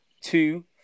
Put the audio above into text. two